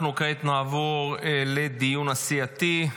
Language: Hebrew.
אנחנו כעת נעבור לדיון הסיעתי.